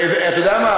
אתה יודע מה?